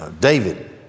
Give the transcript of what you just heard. David